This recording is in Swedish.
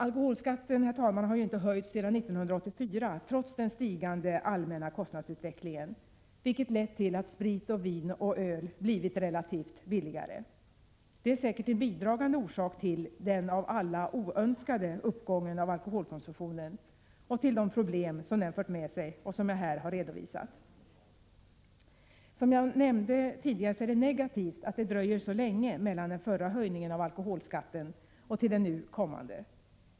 Alkoholskatten har inte höjts sedan 1984, trots den stigande allmänna kostnadsutvecklingen, vilket lett till att sprit, vin och öl blivit relativt sett billigare. Detta är säkert en bidragande orsak till den av alla oönskade uppgången av alkoholkonsumtionen och till de problem som den fört med sig och som jag här har redovisat. Som jag nämnde tidigare är det negativt att det gått så lång tid sedan den förra höjningen av alkoholskatten gjordes, innan den nu kommande görs.